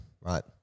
right